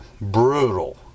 brutal